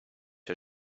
her